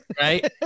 right